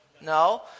No